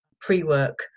pre-work